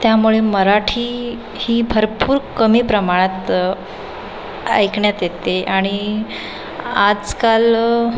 त्यामुळे मराठी ही भरपूर कमी प्रमाणात ऐकण्यात येते आणि आजकाल